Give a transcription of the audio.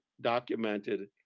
documented